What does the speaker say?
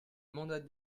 mandat